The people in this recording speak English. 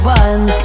one